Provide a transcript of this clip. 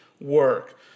work